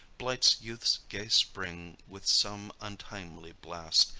blights youth's gay spring with some untimely blast,